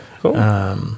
Cool